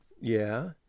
Yeah